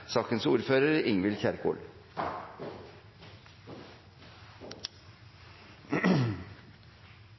sakens ordfører,